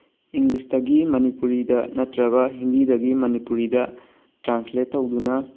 ꯏꯪꯂꯤꯁꯇꯒꯤ ꯃꯅꯤꯄꯨꯔꯤꯗ ꯅꯠꯇ꯭ꯔꯒ ꯍꯤꯟꯗꯤꯗꯒꯤ ꯃꯅꯤꯄꯨꯔꯤꯗ ꯇ꯭ꯔꯥꯟꯁꯂꯦꯠ ꯇꯧꯗꯨꯅ